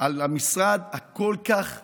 על המשרד הכל-כך חשוב,